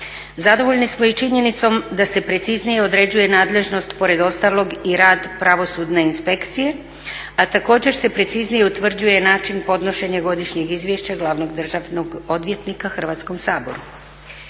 Zadovoljni smo i činjenicom da se preciznije određuje nadležnost pored ostalog i rad Pravosudne inspekcije, a također se preciznije utvrđuje način podnošenja godišnjeg izvješća glavnog državnog odvjetnika Hrvatskom saboru.